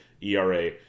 ERA